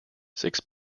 six